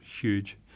huge